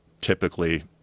typically